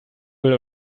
will